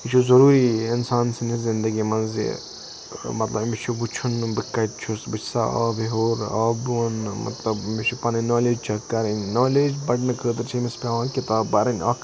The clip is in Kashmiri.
یہِ چھُ ضروٗری اِنسان سٕنٛدِ زِنٛدگی مَنٛز یہِ مَطلَب أمِس چھُ وٕچھُن بہٕ کَتہِ چھُس بہٕ چھُسا آبہٕ ہیٚور آبہٕ بۄن مَطلَب مےٚ چھِ پَنٕنۍ نولیج چٮ۪ک کَرٕنۍ نولیج بَڑنہٕ خٲطرٕ چھِ أمِس پیٚوان کِتاب پَرٕنۍ اکھ